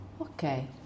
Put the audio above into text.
Okay